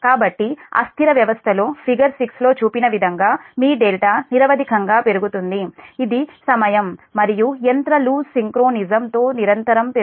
కాబట్టి అస్థిర వ్యవస్థలో ఫిగర్ 6 లో చూపిన విధంగా మీనిరవధికంగా పెరుగుతుంది ఇది సమయం మరియు యంత్ర లూజ్ సింక్రోనిజం తో నిరంతరం పెరుగుతుంది